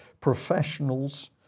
professionals